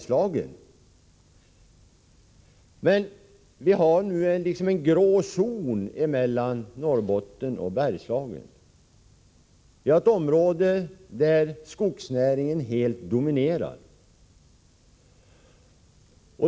Vi har emellertid nu liksom en grå zon emellan Norrbotten och Bergslagen. Vi har ett område där skogsnäringen helt dominerar.